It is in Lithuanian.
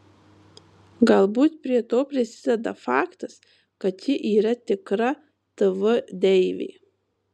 galbūt prie to prisideda faktas kad ji yra tikra tv deivė